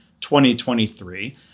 2023